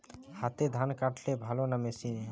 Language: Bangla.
হাতে ধান কাটলে ভালো না মেশিনে?